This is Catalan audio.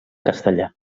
castellà